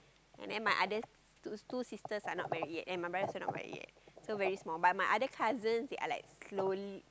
and then my other two two sisters are not married yet and my brother still not married yet so very small but my other cousins they are like slowly